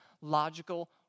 logical